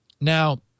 Now